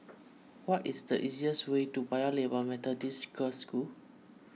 what is the easiest way to Paya Lebar Methodist Girls' School